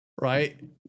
right